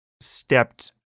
stepped